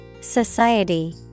Society